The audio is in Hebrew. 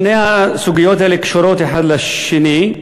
שתי הסוגיות האלה קשורות האחת לשנייה,